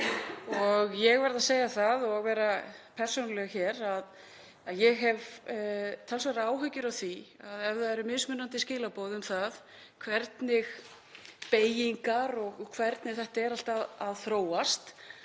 Ég verð að segja það og vera persónuleg hér að ég hef talsverðar áhyggjur af því ef það eru mismunandi skilaboð um það hvernig beygingar og hvernig þetta er allt að þróast,